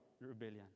rebellion